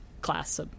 class